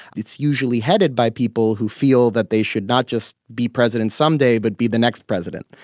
it's usually headed by people who feel that they should not just be president some day but be the next president.